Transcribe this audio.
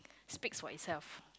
speaks for itself